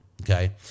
Okay